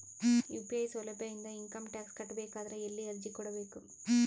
UPI ಸೌಲಭ್ಯ ಇಂದ income tax ಕಟ್ಟಬೇಕಾದರ ಎಲ್ಲಿ ಅರ್ಜಿ ಕೊಡಬೇಕು?